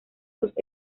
sus